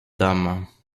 dames